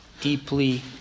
deeply